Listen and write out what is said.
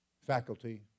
faculty